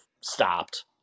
stopped